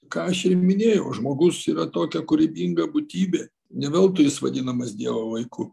ką aš ir minėjau žmogus yra tokia kūrybinga būtybė ne veltui jis vadinamas dievo vaiku